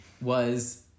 was-